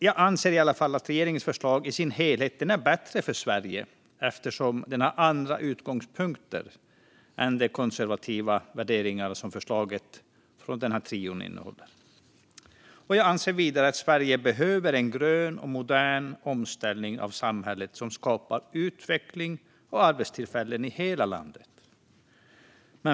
Jag anser att regeringens förslag i sin helhet är bättre för Sverige eftersom det har andra utgångspunkter än de konservativa värderingar som förslaget från trion innehåller. Och jag anser vidare att Sverige behöver en grön och modern omställning av samhället som skapar utveckling och arbetstillfällen i hela landet.